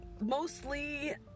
mostly